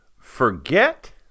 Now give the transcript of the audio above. Forget